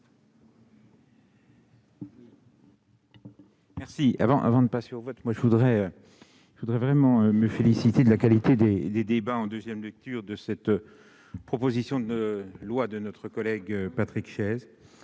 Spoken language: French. Avant de passer au vote, je voudrais vraiment me féliciter de la qualité des débats en deuxième lecture sur cette proposition de loi de notre collègue Patrick Chaize.